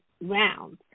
rounds